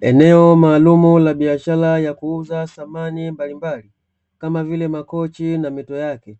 Eneo maalumu la biashara ya kuuza samani mbalimbali kama vile makochi na mito yake,